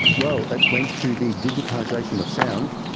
well, it went to the digitisation of sound,